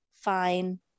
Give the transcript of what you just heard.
Fine